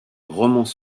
romans